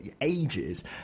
ages